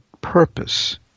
purpose